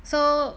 so